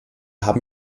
haben